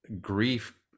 grief